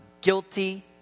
guilty